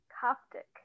Coptic